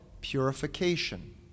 purification